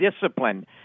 discipline